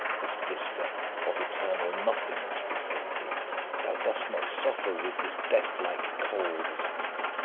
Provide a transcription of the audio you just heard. this vista of eternal nothingness before thee thou dost not suffer with this death-like cold, as i.